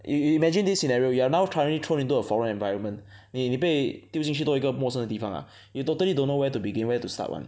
you you imagine this scenario you are now currently thrown into a foreign environment 你你被丢进去到一个陌生的地方 ah you totally don't know where to begin where to start [one]